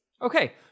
Okay